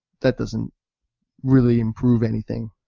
that doesn't really improve anything.